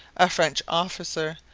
a french officer,